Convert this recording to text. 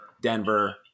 Denver